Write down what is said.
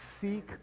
seek